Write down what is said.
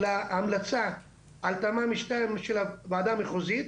להמלצה על תמ"מ 2/ 9 של הוועדה המחוזית,